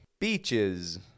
beaches